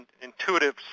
intuitive